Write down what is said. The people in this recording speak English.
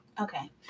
okay